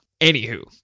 Anywho